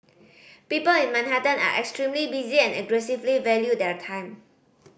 people in Manhattan are extremely busy and aggressively value their time